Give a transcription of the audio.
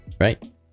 Right